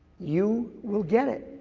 you will get it.